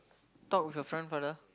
talk with your friend father